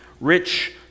rich